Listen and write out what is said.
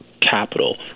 capital